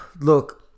Look